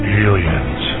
aliens